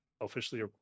officially